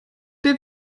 der